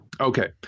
Okay